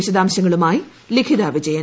വിശദാംശങ്ങളുമായി ലിഖിത വിജയൻ